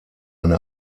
eine